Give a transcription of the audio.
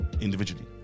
individually